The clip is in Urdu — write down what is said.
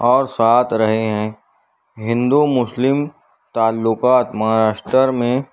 اور ساتھ رہے ہیں ہندو مسلم تعلقات مہاراشٹرا میں